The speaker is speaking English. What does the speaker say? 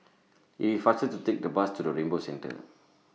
IT IS faster to Take The Bus to Rainbow Centre